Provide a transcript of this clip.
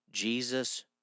Jesus